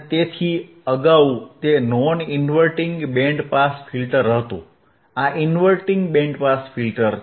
તેથી અગાઉ તે non inverting band pass filter હતું આ ઇન્વર્ટીંગ બેન્ડ પાસ ફિલ્ટર છે